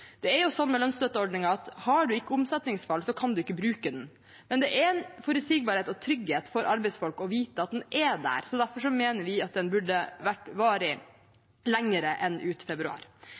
Det er jo sånn med lønnsstøtteordningen at har man ikke omsetningsfall, kan man ikke bruke den, men det er en forutsigbarhet og trygghet for arbeidsfolk å vite at den er der, så derfor mener vi at den burde vært varig lenger enn ut februar.